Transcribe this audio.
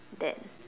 that